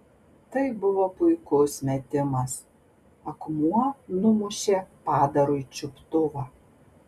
tai buvo puikus metimas akmuo numušė padarui čiuptuvą